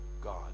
God